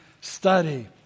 study